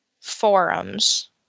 forums